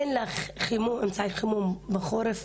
אין לי אמצעי חימום בחורף,